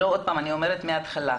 כבר בהתחלה: